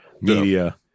media